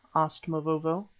asked mavovo.